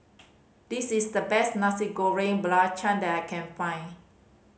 this is the best Nasi Goreng Belacan that I can find